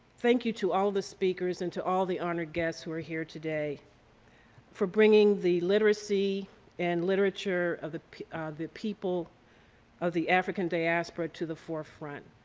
thank you to all the speakers and to all the honored guests who are here today for bringing the literacy and literature of the the people of the african diaspora to the forefront.